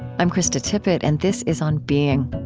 i'm krista tippett, and this is on being